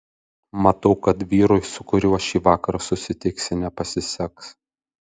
matau kad vyrui su kuriuo šįvakar susitiksi nepasiseks